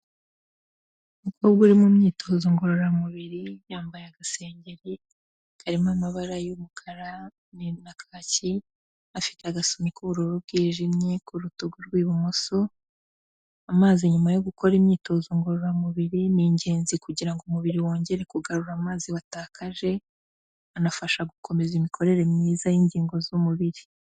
Umukobwa uri mu myitozo ngororamubiri, yambaye agasengeri karimo amabara y'umukara na kaki, afite agasumi k'ubururu bwijimye ku rutugu rw'ibumoso, amazi nyuma yo gukora imyitozo ngororamubiri ni ingenzi kugira ngo umubiri wongere kugarura amazi watakaje, anafasha gukomeza imikorere myiza y'ingingo z'umubiri.